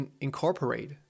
incorporate